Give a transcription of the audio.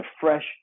fresh